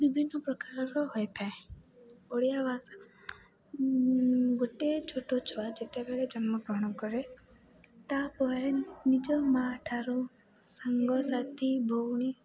ବିଭିନ୍ନ ପ୍ରକାରର ହୋଇଥାଏ ଓଡ଼ିଆ ଭାଷା ଗୋଟେ ଛୋଟ ଛୁଆ ଯେତେବେଳେ ଜନ୍ମଗ୍ରହଣ କରେ ତାପରେ ନିଜ ମାଆ ଠାରୁ ସାଙ୍ଗସାଥି ଭଉଣୀ